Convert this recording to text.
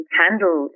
handle